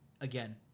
again